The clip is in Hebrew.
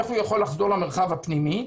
איך הוא יכול לחדור למרחב הפנימי,